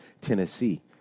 Tennessee